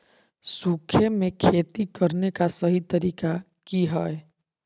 सूखे में खेती करने का सही तरीका की हैय?